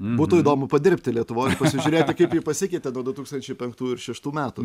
būtų įdomu padirbti lietuvoj ir pasižiūrėti kaip ji pasikeitė nuo du tūkstančiai penktų ir šeštų metų